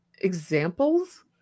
examples